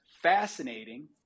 Fascinating